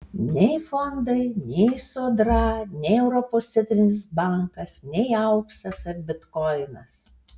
nei fondai nei sodra nei europos centrinis bankas nei auksas ar bitkoinas